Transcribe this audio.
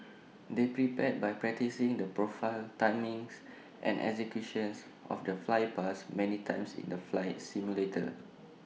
they prepared by practising the profile timings and executions of the flypast many times in the flight simulator